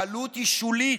העלות היא שולית.